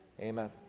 Amen